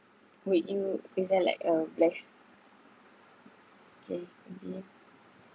would you is that like a bless~ okay continue